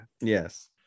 yes